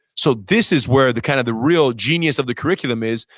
so this is where the kind of the real genius of the curriculum is,